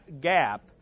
gap